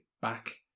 back